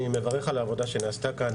אני מברך על העבודה שנעשתה כאן,